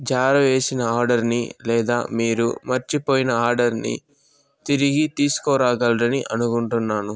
జారవేసిన ఆర్డరుని లేదా మీరు మర్చిపోయిన ఆర్డరుని తిరిగి తీసుకు రాగలరని అనుకుంటున్నాను